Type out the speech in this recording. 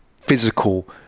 physical